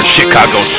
Chicago